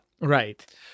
right